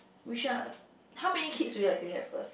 which one how many kids will you like to have first